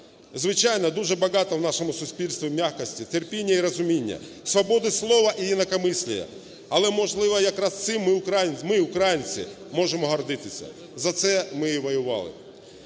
Звичайно, дуже багато в нашому суспільстві м'якості, терпіння і розуміння, свободи слова іінакомислія, але, можливо, якраз цим ми, українці, можемо гордитися, за це ми і воювали.